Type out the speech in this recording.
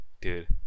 dude